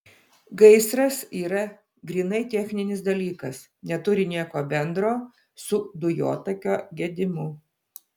gaisras yra grynai techninis dalykas neturi nieko bendro su dujotakio gedimu